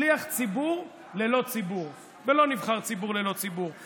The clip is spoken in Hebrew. שליח ציבור ללא ציבור, ולא נבחר ציבור ללא ציבור.